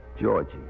Georgie